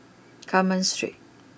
Carmen Street